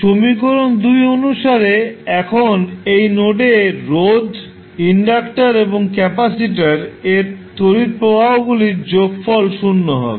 সমীকরণ অনুসারে এখন এই নোডে রোধ ইন্ডাক্টার এবং ক্যাপাসিটার এর তড়িৎ প্রবাহগুলির যোগফল 0 হবে